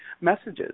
messages